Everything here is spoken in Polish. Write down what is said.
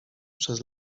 przez